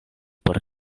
por